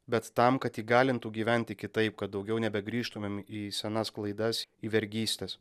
bet tam kad įgalintų gyventi kitaip kad daugiau nebegrįžtumėm į senas klaidas į vergystes